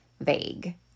vague